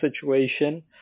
situation